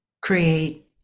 create